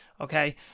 Okay